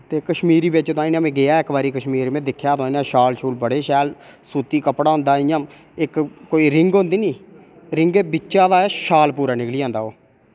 ते कश्मीरी बिच तां इ'यां में गेआ इक बारी कश्मीर में दिक्खेआ तां इ'यां शाल शूल बड़े शैल सूती कपड़ा होंदा इ'यां इक कोई रिंग होंदी निं रिंगे बिच्चा तां शाल पूरा निकली जंदा